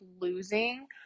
losing